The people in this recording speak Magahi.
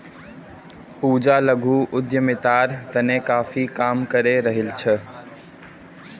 पूजा लघु उद्यमितार तने काफी काम करे रहील् छ